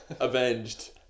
avenged